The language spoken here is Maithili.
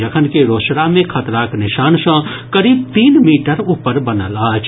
जखनकि रोसड़ा मे खतराक निशान सँ करीब तीन मीटर ऊपर बनल अछि